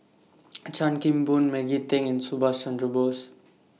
Chan Kim Boon Maggie Teng and Subhas Chandra Bose